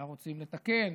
אלא רוצים לתקן,